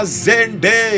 zende